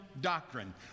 doctrine